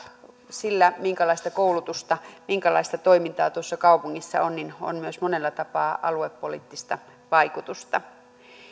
sillä minkälaista koulutusta minkälaista toimintaa tuossa kaupungissa on on myös monella tapaa aluepoliittista vaikutusta